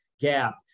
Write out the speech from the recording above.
gap